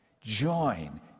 Join